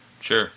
Sure